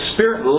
Spirit